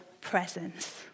presence